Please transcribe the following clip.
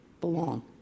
belong